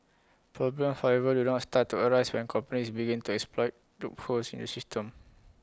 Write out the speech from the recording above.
problems however do all start to arise when companies begin to exploit loopholes in the system